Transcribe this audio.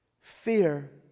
Fear